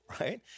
right